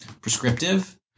prescriptive